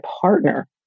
partner